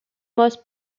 most